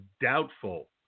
doubtful